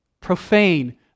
profane